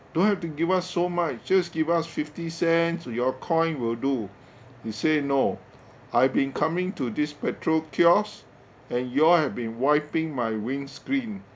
don't have to give us so much just give us fifty cents your coin will do he say no I've been coming to this petrol kiosk and you all have been wiping my windscreen